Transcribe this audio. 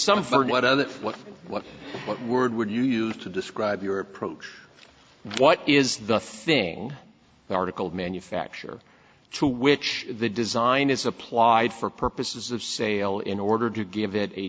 some fern what other what what what word would you use to describe your approach what is the thing the article of manufacture to which the design is applied for purposes of sale in order to give it a